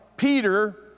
Peter